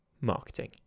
marketing